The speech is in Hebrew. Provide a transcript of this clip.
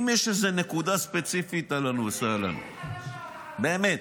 אם יש איזו נקודה ספציפית, אהלן וסהלן, באמת.